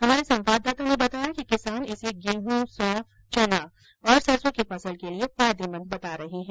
हमारे संवाददाता ने बताया कि किसान इसे गेहूं सौंफ चना ओर सरसों की फसल के लिये फायदेमंद बता रहे है